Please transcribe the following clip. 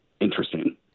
interesting